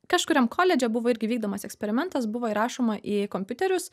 kažkuriam koledže buvo irgi vykdomas eksperimentas buvo įrašoma į kompiuterius